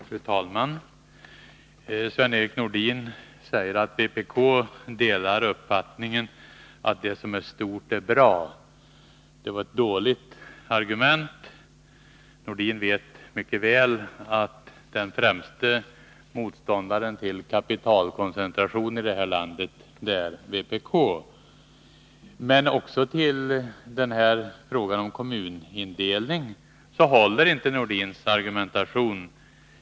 Fru talman! Sven-Erik Nordin säger att vpk delar uppfattningen att det som är stort är bra. Det är ett dåligt argument. Sven-Erik Nordin vet mycket väl att den främste motståndaren till kapitalkoncentration här i landet är vpk. Inte heller när det gäller frågan om kommunindelningen håller Sven-Erik Nordins argumentation.